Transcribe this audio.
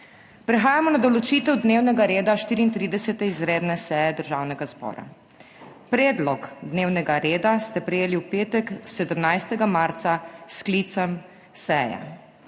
Prehajamo na določitevdnevnega reda 34. izredne seje Državnega zbora. Predlog dnevnega reda ste prejeli v petek, 17. marca, s sklicem seje.